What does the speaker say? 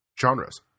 genres